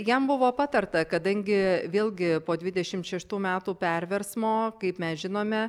jam buvo patarta kadangi vėlgi po dvidešimt šeštų metų perversmo kaip mes žinome